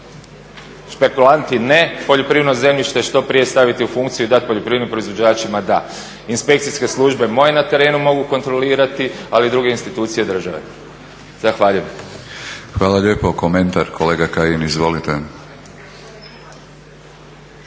Špekulanti ne, poljoprivredno zemljište što prije staviti u funkciju i dati poljoprivrednim proizvođačima da. Inspekcijske službe moje na terenu mogu kontrolirati ali i druge institucije države. Zahvaljujem. **Batinić, Milorad (HNS)** Hvala lijepo. Komentar, kolega Kajin izvolite.